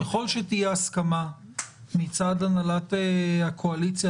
ככל שתהיה הסכמה מצד הנהלת הקואליציה,